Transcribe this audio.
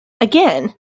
again